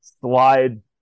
slide